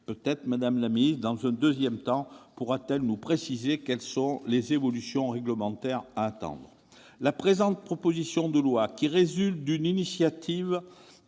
peut-être, dans un deuxième temps, nous préciser quelles sont les évolutions réglementaires à attendre. La présente proposition de loi, qui résulte d'une initiative